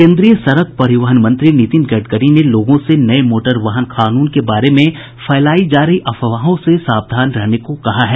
केंद्रीय सड़क परिवहन मंत्री नितिन गडकरी ने लोगों को नये मोटर वाहन कानून के बारे में फैलायी जा रही अफवाहों से सावधान रहने को कहा है